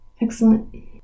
excellent